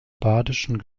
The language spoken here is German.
badischen